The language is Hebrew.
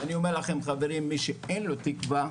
אני אומר לכם חברים, מי שאין לו תקוה,